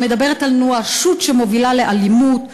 שמדברת על נואשות שמובילה לאלימות,